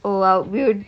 oh !wow!